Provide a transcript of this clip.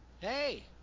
Hey